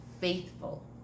faithful